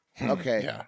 Okay